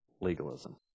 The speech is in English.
legalism